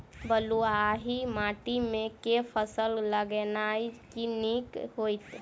बलुआही माटि मे केँ फसल लगेनाइ नीक होइत?